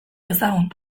dezagun